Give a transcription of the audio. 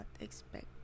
expect